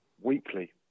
weekly